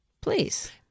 Please